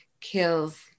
kills